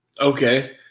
Okay